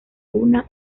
una